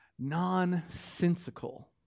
nonsensical